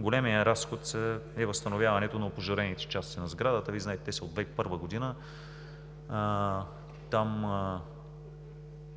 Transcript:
Големият разход е възстановяването на опожарените части на сградата. Вие знаете, че те са от 2001 г. Там